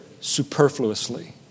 superfluously